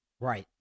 Right